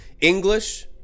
English